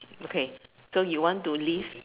okay so you want to leave